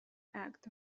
act